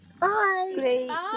Bye